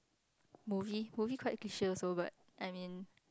movie movie quite cliche also but I mean